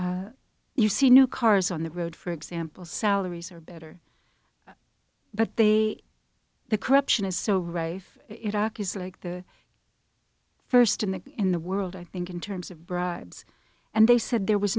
you see no cars on the road for example salaries are better but they the corruption is so rife in iraq is like the first in the in the world i think in terms of bribes and they said there was